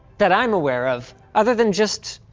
that i'm aware of, other than just